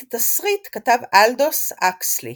את התסריט כתב אלדוס האקסלי.